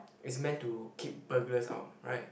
is meant to keep burglars out right